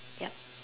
yup